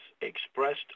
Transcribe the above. expressed